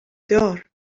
دار